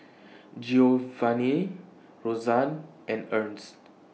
Giovanni Rosann and Ernst